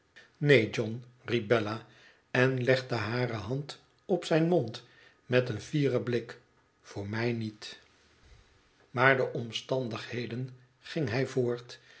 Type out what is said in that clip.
neen john riep bella en legde hare hand op zijn mond met een ficren blik voor mij niet i tmaar de omstandigheden ging hij voort